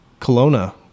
Kelowna